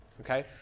okay